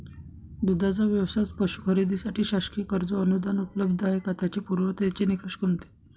दूधाचा व्यवसायास पशू खरेदीसाठी शासकीय कर्ज व अनुदान उपलब्ध आहे का? त्याचे पूर्ततेचे निकष कोणते?